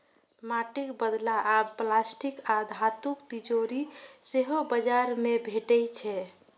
माटिक बदला आब प्लास्टिक आ धातुक तिजौरी सेहो बाजार मे भेटै छै